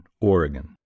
Oregon